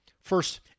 First